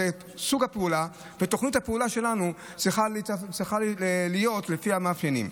סוג הפעולה ותוכנית הפעולה שלנו צריכים להיות לפי המאפיינים.